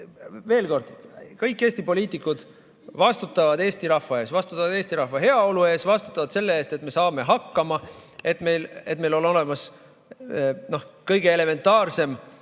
Veel kord: kõik Eesti poliitikud vastutavad Eesti rahva ees, vastutavad Eesti rahva heaolu eest, vastutavad selle eest, et me saame hakkama, et meil on olemas kõige elementaarsem